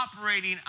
operating